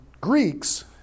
Greeks